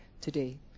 today